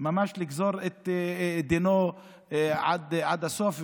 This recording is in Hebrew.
לגזור את דינו עד הסוף,